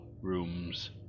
rooms